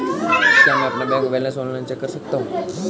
क्या मैं अपना बैंक बैलेंस ऑनलाइन चेक कर सकता हूँ?